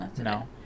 No